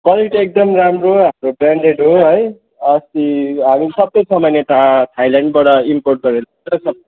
quality एकदम राम्रो हाम्रो ब्रान्डेड हो है अस्ति हामी सबै सामान यता थाइल्यान्डबाट इम्पोर्ट गरेर ल्याउँछ